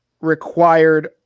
required